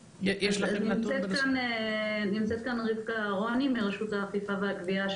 נמצאת כאן רבקה אהרוני מרשות האכיפה והגבייה,